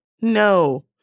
no